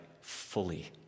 fully